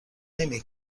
نمی